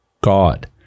God